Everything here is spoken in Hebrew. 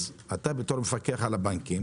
אתה בתור המפקח על הבנקים